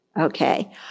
Okay